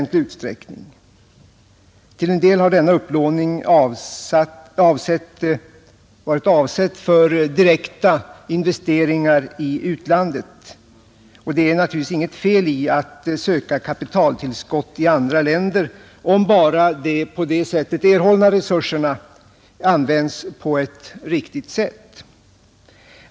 Till en del har denna upplåning varit avsedd för direkta investeringar i utlandet, och det är ju inget fel i att söka kapitaltillskott i andra länder om bara de på det sättet erhållna resurserna används riktigt.